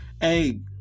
hey